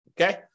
Okay